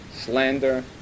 slander